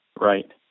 Right